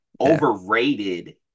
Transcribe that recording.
overrated